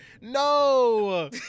No